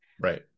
right